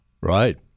Right